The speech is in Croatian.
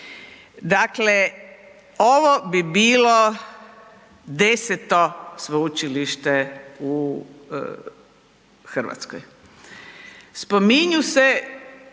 Dakle, ovo bi bilo 10-to sveučilište u RH. Spominju se